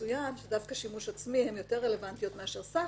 עבירות של שימוש עצמי יותר רלוונטיות מאשר סחר.